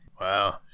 wow